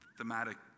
thematic